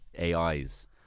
AIs